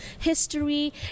history